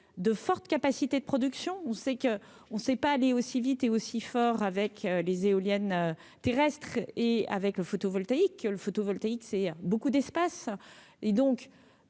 de fortes capacités de production, on sait que on sait pas aller aussi vite et aussi fort avec les éoliennes terrestres et avec le photovoltaïque, le photovoltaïque, c'est beaucoup d'espace et donc